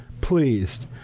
pleased